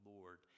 Lord